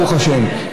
ברוך השם,